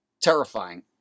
terrifying